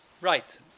right